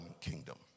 kingdom